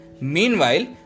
Meanwhile